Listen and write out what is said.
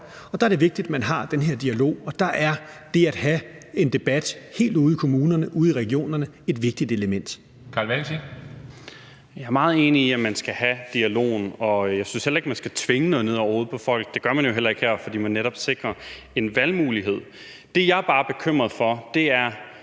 Og der er det vigtigt, man har den her dialog, og der er det at have en debat helt ude i kommunerne og ude i regionerne et vigtigt element. Kl. 10:10 Formanden (Henrik Dam Kristensen): Carl Valentin. Kl. 10:10 Carl Valentin (SF): Jeg er meget enig i, at man skal have dialogen, og jeg synes heller ikke, at man skal tvinge noget ned over hovedet på folk. Det gør man jo heller ikke her, fordi man netop sikrer en valgmulighed. Det, jeg måske bare er bekymret for, er